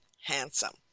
handsome